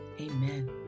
amen